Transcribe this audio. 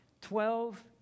Twelve